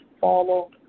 follow